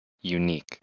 unique